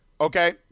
okay